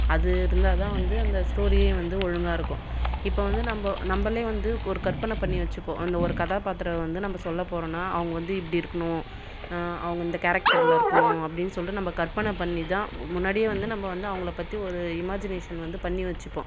அது இருந்தால் தான் வந்து அந்த ஸ்டோரியே வந்து ஒழுங்காக இருக்கும் இப்போ வந்து நம்ம நம்மலே வந்து ஒரு கற்பனை பண்ணி வச்சுப்போ அந்த ஒரு கதாபாத்தி வந்து நம்ம சொல்ல போகிறோனா அவங்கள் வந்து இப்படி இருக்கணும் அவங்கள் இந்த கேரக்டரில் இருக்கணும் அப்படின்னு சொல்லிட்டு நம்ம கற்பனை பண்ணி தான் முன்னாடியே வந்து நம்ம வந்து அவங்களை பற்றி ஒரு இமாஜினேஷன் வந்து பண்ணி வச்சுப்போம்